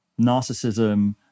narcissism